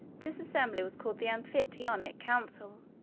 this assembly was called the amphictyonic council,